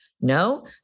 No